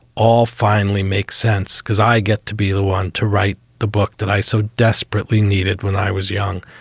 all finally make sense because i get to be the one to write the book that i so desperately needed. when i was young,